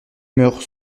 meures